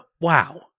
Wow